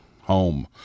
home